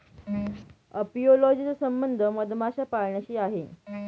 apiology चा संबंध मधमाशा पाळण्याशी आहे